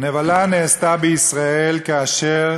נבלה נעשתה בישראל כאשר